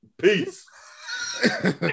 peace